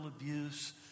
abuse